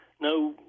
No